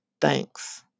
Thanks